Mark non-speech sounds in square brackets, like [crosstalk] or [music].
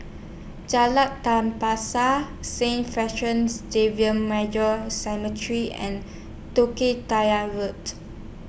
Jalan Tapisa Saint Francis Xavier Major Seminary and [unintelligible] Tengah Road